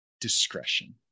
discretion